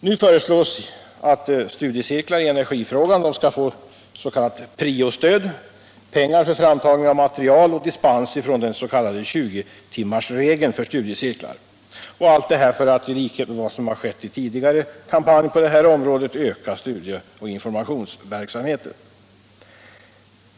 Nu föreslås att studiecirklar i energifrågan skall få s.k. prio-stöd, pengar för framtagning av material och dispens från den s.k. 20-timmarsregeln för studiecirklar — allt detta för att i likhet med vad som skett i tidigare kampanjer på detta område öka studieoch informationsverksamheten.